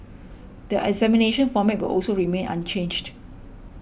the examination format will also remain unchanged